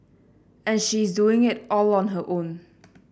and she is doing it all on her own